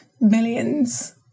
millions